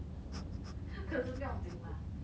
可是不用紧 lah